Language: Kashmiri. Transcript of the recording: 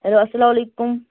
ہٮ۪لو السلام علیکُم